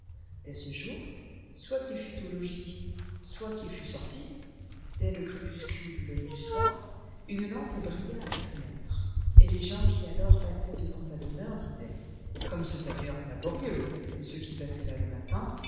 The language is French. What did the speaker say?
dès ce jour soit qu'il fût au logis soit qu'il fût sorti dès le crépuscule du soir une lampe brilla à sa fenêtre et les gens qui alors passaient devant sa demeure disaient comme ce tailleur est laborieux et ceux qui passaient là le matin